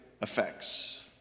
effects